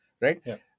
right